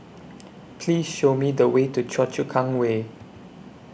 Please Show Me The Way to Choa Chu Kang Way